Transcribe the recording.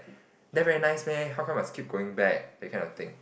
there very nice meh how come must keep going back that kind of thing